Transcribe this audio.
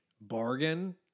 bargain